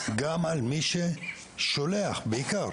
גם על מי ששולח בעיקר.